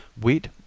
Wheat